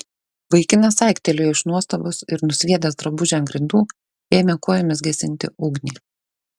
vaikinas aiktelėjo iš nuostabos ir nusviedęs drabužį ant grindų ėmė kojomis gesinti ugnį